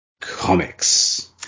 comics